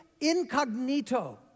incognito